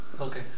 okay